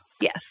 Yes